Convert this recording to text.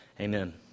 Amen